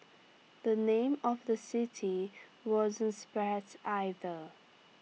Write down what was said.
the name of the city wasn't spared either